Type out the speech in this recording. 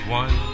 one